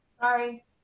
Sorry